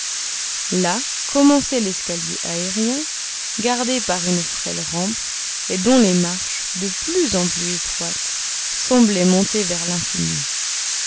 là commençait l'escalier aérien gardé par une frêle rampe et dont les marches de plus en plus étroites semblaient monter vers l'infini